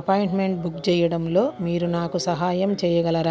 appointment book చేయడంలో మీరు నాకు సహాయం చేయగలరా